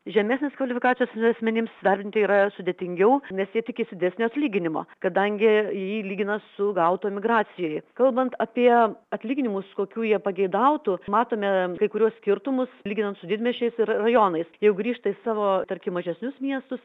žemesnės kvalifikacijos asmenims įsidarbinti yra sudėtingiau nes jie tikisi didesnio atlyginimo kadangi jį lygina su gautu emigracijoj kalbant apie atlyginimus kokių jie pageidautų matome kai kuriuos skirtumus lyginant su didmiesčiais ir rajonais jie grįžta į savo tarkim mažesnius miestus